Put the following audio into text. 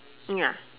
ya